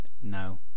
No